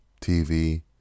TV